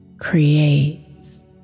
creates